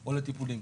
או לטיפולים.